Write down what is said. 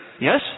Yes